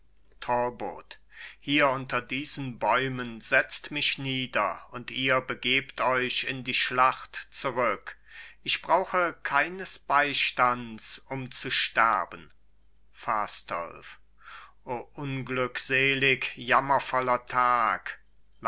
hier unter diesen bäumen setzt mich nieder und ihr begebt euch in die schlacht zurück ich brauche keines beistands um zu sterben fastolf o unglückselig jammervoller tag